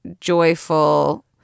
joyful